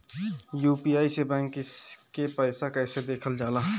UPI से bank के पैसा कैसे देखल जाला?